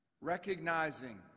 Recognizing